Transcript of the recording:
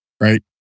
Right